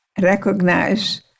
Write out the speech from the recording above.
recognize